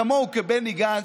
כמוהו בני גנץ.